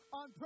on